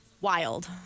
wild